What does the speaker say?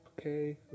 okay